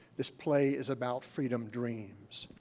this play is about freedom dreams.